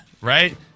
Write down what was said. Right